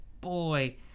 boy